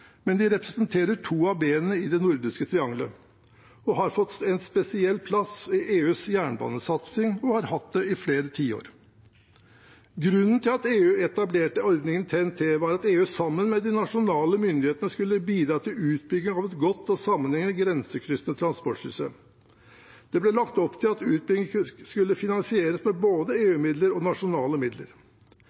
men de representerer to av bena i det nordiske trianglet og har fått en spesiell plass i EUs jernbanesatsing og har hatt det i flere tiår. Grunnen til at EU etablerte ordningen TEN-T var at EU sammen med de nasjonale myndighetene skulle bidra til utbygging av et godt og sammenhengende grensekryssende transportsystem. Det ble lagt opp til at utbyggingen skulle finansieres med både EU-midler og nasjonale midler.